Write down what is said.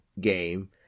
game